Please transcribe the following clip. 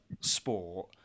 sport